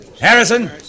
Harrison